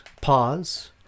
pause